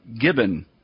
Gibbon